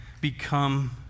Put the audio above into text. become